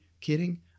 kidding